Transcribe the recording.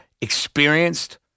experienced